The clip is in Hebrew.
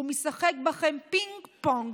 הוא משחק בכם פינג-פונג,